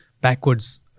backwards